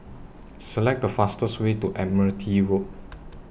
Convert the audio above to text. Select The fastest Way to Admiralty Road